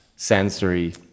Sensory